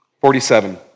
Forty-seven